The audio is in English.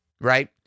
right